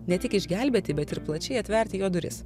ne tik išgelbėti bet ir plačiai atverti jo duris